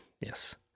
yes